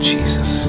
Jesus